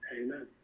amen